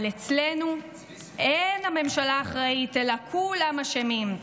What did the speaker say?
אבל אצלנו אין הממשלה אחראית, אלא כולם אשמים.